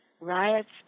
riots